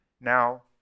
Now